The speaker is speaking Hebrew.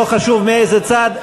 לא חשוב מאיזה צד,